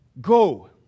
Go